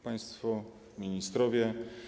Państwo Ministrowie!